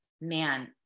man